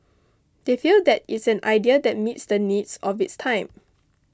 they feel that it's an idea that meets the needs of its time